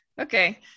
okay